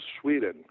Sweden